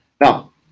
Now